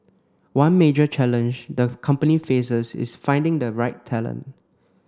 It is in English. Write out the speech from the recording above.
one major challenge the company faces is finding the right talent